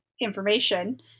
information